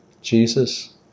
Jesus